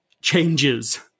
changes